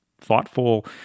thoughtful